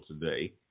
today